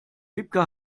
wiebke